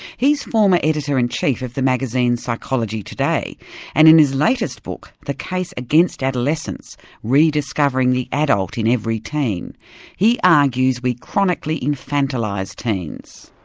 he's former editor-in-chief of the magazine psychology today and in his latest book, the case against adolescence rediscovering the adult in every teen he argues we chronically infantalise teens.